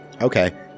Okay